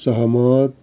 सहमत